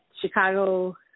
chicago